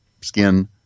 skin